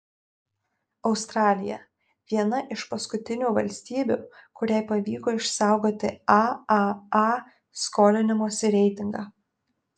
australija viena iš paskutinių valstybių kuriai pavyko išsaugoti aaa skolinimosi reitingą